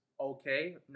okay